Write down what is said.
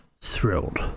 thrilled